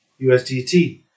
USDT